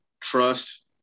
trust